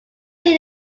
see